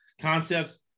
concepts